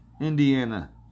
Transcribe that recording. Indiana